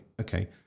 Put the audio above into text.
okay